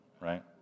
right